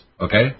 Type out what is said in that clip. Okay